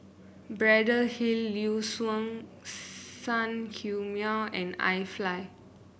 Braddell Hill Liuxun Sanhemiao and iFly